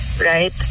right